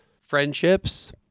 friendships